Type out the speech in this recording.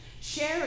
Share